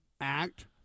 act